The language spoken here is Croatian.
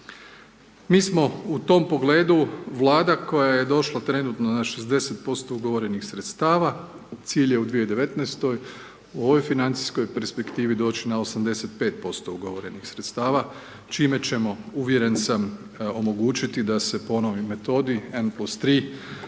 Mi smo u tom pogledu Vlada koja je došla trenutno na 60% ugovorenih sredstava. Cilj je u 2019. u ovoj financijskoj perspektivi doći na 85% ugovorenih sredstava čime ćemo, uvjeren sam, omogućiti, da se ponovim, metodi N+3 apsorbiraju